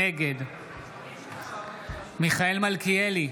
נגד מיכאל מלכיאלי,